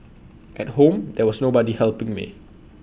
at home there was nobody helping me